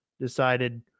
decided